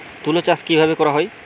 তুলো চাষ কিভাবে করা হয়?